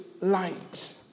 light